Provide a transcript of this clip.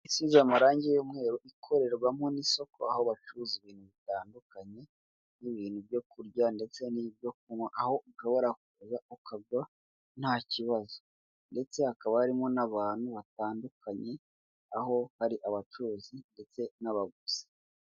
Inzu isize amarangi y'umweru, ikorerwamo n'isoko, aho bacuruza ibintu bitandukanye nk'ibintu byo kurya, ndetse n'ibyo kunywa, aho ushobora kuza ukagura nta kibazo, ndetse hakaba harimo n'abantu batandukanye, aho hari abacuruzi ndetse n'abaguzi.